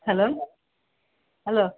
hello hello